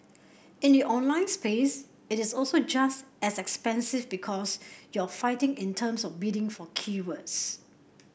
in the online space it is also just as expensive because you're fighting in terms of bidding for keywords